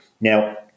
Now